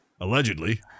allegedly